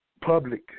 public